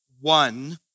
one